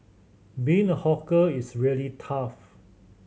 being a hawker is really tough